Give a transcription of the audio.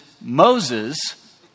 Moses